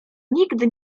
nigdy